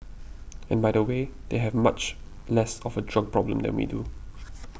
and by the way they have much less of a drug problem than we do